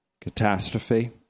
catastrophe